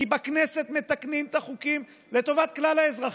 כי בכנסת מתקנים את החוקים לטובת כלל האזרחים.